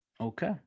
Okay